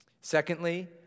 Secondly